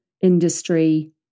industry